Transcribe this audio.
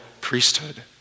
priesthood